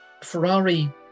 Ferrari